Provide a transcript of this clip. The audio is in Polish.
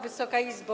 Wysoka Izbo!